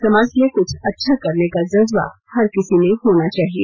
समाज के लिए कुछ अच्छा करने का जज्बा हर किसी में होना चाहिए